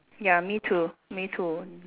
ya me too me too